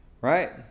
right